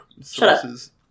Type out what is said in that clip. sources